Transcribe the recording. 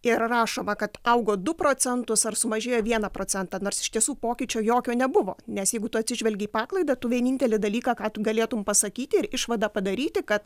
ir rašoma kad augo du procentus ar sumažėjo vieną procentą nors iš tiesų pokyčio jokio nebuvo nes jeigu tu atsižvelgi į paklaidą tu vienintelį dalyką ką tu galėtum pasakyti ir išvadą padaryti kad